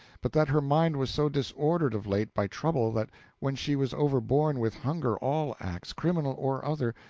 but that her mind was so disordered of late by trouble that when she was overborne with hunger all acts, criminal or other,